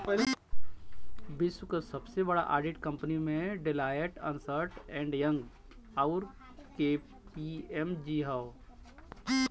विश्व क सबसे बड़ा ऑडिट कंपनी में डेलॉयट, अन्सर्ट एंड यंग, आउर के.पी.एम.जी हौ